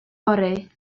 fory